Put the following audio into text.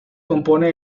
compone